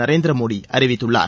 நரேந்திர மோடி அறிவித்துள்ளார்